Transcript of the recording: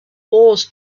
wars